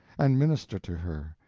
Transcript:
and minister to her,